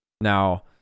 Now